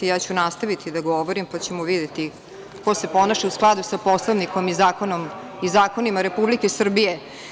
Ja ću nastaviti da govorim, pa ćemo videti ko se ponaša u skladu sa Poslovnikom i zakonima Republike Srbije.